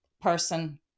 person